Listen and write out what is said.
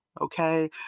okay